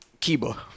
Kiba